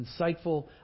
insightful